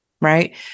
right